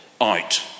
out